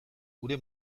gure